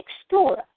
explorer